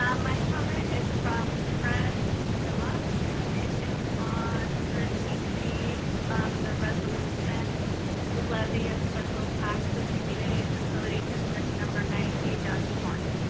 um my comment is from craig phillip and it is on thirteen c on the resolution to levy a special tax with community facility district number ninety one.